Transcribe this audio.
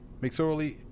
McSorley